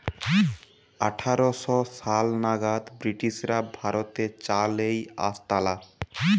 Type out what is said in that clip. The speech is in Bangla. আঠার শ সাল নাগাদ ব্রিটিশরা ভারতে চা লেই আসতালা